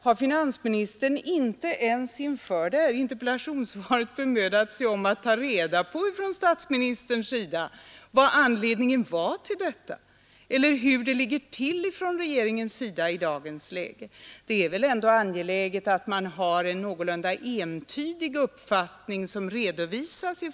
Har finansministern inte ens inför detta interpellationssvar bemödat sig om att ta reda på av statsministern vilken anledningen var till att han svarade som han gjorde? Det är väl ändå angeläget att regeringen har en någorlunda entydig uppfattning som redovisas.